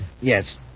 Yes